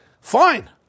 fine